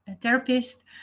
therapist